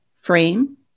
frame